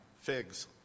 figs